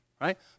right